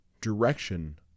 direction